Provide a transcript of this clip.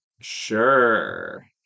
Sure